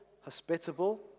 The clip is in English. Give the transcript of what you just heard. hospitable